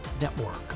Network